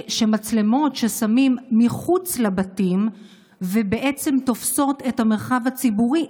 מצלמות ששמים מחוץ לבתים ותופסות את המרחב הציבורי,